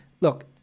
look